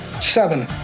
Seven